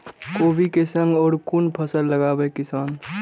कोबी कै संग और कुन फसल लगावे किसान?